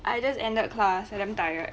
I just ended class I damn tired